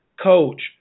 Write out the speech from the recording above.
Coach